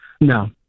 No